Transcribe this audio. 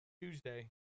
Tuesday